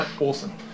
Awesome